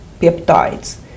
peptides